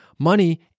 Money